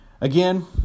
again